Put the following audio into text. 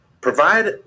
Provide